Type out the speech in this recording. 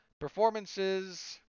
Performances